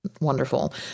wonderful